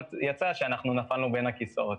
יצא שאנחנו נפלנו בין הכיסאות.